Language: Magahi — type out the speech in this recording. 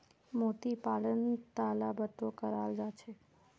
मोती पालन तालाबतो कराल जा छेक